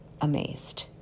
amazed